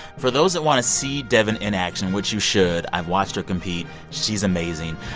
for those that want to see devin in action, which you should i've watched her compete. she's amazing.